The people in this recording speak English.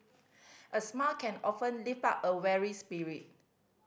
a smile can often lift up a weary spirit